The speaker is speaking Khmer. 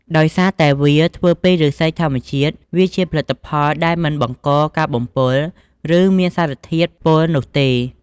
ដោយសារតែវាធ្វើពីឫស្សីធម្មជាតិ វាជាផលិតផលដែលមិនបង្កការបំពុល ឬមានសារធាតុពុលនោះទេ។